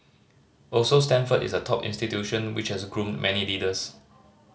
also Stanford is a top institution which has groomed many leaders